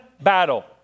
battle